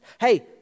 Hey